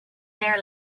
their